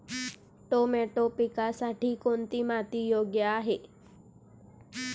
Tomato पिकासाठी कोणती माती योग्य आहे?